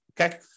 Okay